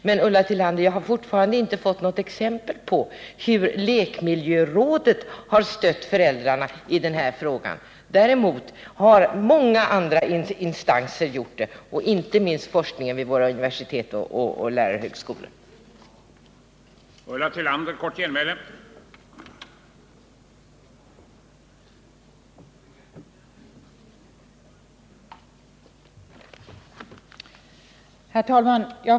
Men, Ulla Tillander, jag har fortfarande inte fått något exempel på hur lekmiljörådet har stött föräldrarna i den här frågan. Däremot har många andra instanser gjort det, och inte minst har forskningen vid våra universitet och lärarhögskolor varit värdefull.